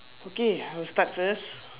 okay I'll start first